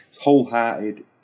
wholehearted